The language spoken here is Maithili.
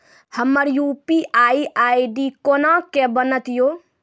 हमर यु.पी.आई आई.डी कोना के बनत यो?